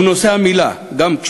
ובנושא המילה גם,